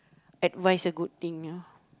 advise a good thing ah